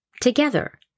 Together